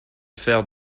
faire